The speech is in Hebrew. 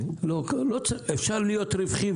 אפשר להיות רווחי,